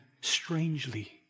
strangely